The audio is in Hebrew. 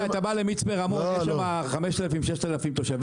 אתה בא למצפה רמון, יש שם 6,000-5,000 תושבים.